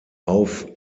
auf